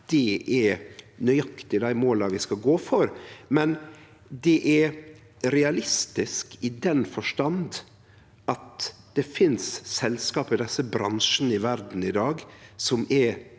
det er nøyaktig dei måla vi skal gå for, men det er realistisk i den forstand at det finst selskap i desse bransjane i verda i dag som er